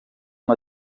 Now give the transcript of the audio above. amb